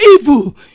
evil